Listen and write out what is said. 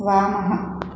वामः